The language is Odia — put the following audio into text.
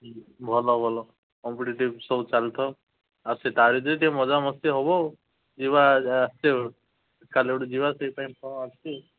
ଭଲ ଭଲ କମ୍ପିଟେଟିଭ୍ ସବୁ ଚାଲୁଥାଉ ଆଉ ସେଇ ତାରି ଦେହରେ ଟିକେ ମଜାମସ୍ତି ହେବ ଯିବା ଆସିଛି କାଲି ଗୋଟେ ଯିବା ସେଇଥିପାଇଁ ମୁଁ ଆସିଛି